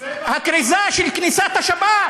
הכריזה של כניסת השבת,